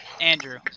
Andrew